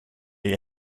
you